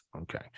Okay